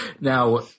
Now